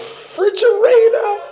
refrigerator